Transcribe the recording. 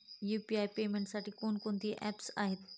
UPI पेमेंटसाठी कोणकोणती apps आहेत?